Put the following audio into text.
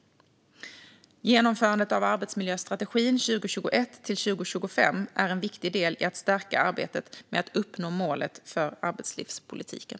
Genomförandet av arbetsmiljöstrategin 2021-2025 är en viktig del i att stärka arbetet med att uppnå målet för arbetslivspolitiken.